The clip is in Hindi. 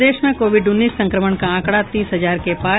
प्रदेश में कोविड उन्नीस संक्रमण का आंकड़ा तीस हजार के पार